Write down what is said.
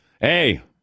Hey